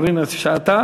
התשע"ג